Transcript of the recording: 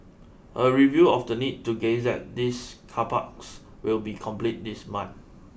a review of the need to gazette these car parks will be completed this month